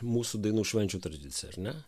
mūsų dainų švenčių tradiciją ar ne